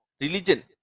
Religion